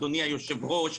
אדוני היושב-ראש,